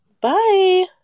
Bye